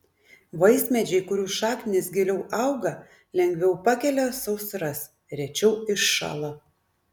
vaismedžiai kurių šaknys giliau auga lengviau pakelia sausras rečiau iššąla